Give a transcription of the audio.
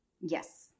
Yes